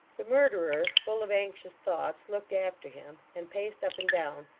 the murderer, full of anxious thoughts, looked after him, and paced up and down,